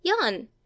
Yon